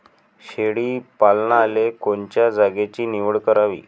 शेळी पालनाले कोनच्या जागेची निवड करावी?